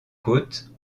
côte